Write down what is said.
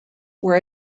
were